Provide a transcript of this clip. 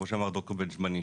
כמו שאמר ד"ר בנישתי,